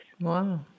Wow